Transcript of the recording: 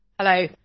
Hello